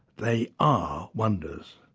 they are wonders.